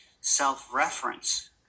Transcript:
self-reference